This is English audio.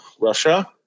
Russia